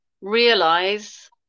realize